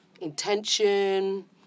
intention